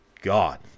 god